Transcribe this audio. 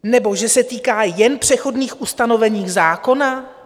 Nebo že se týká jen přechodných ustanovení zákona?